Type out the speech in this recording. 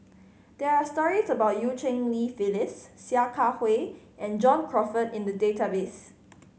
there are stories about Eu Cheng Li Phyllis Sia Kah Hui and John Crawfurd in the database